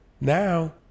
Now